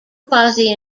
quasi